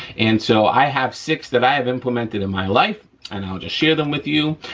and so i have six that i have implemented in my life and i'll just share them with you.